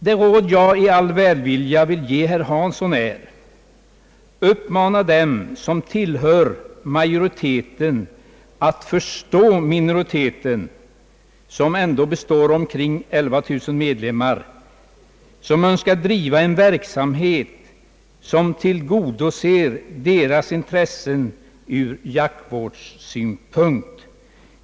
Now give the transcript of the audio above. Det rådet lyder: Uppmana dem som tillhör majoriteten att förstå minoriteten — som ändå består av omkring 11 000 medlemmar — som önskar driva en verksamhet som tillgodoser deras intressen ur jaktvårdssynpunkt.